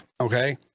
okay